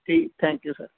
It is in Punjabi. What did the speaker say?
ਠੀਕ ਥੈਂਕ ਯੂ ਸਰ